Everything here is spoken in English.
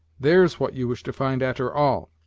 there's what you wish to find, a'ter all!